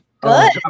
Good